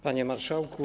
Panie Marszałku!